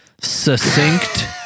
succinct